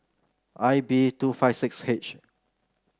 I B two five six H